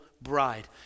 bride